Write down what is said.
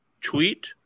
Tweet